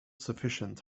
sufficient